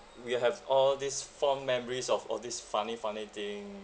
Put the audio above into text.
we'll have all these form memories of all these funny funny thing